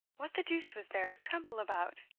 what the deuce was there to tremble about?